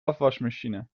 afwasmachine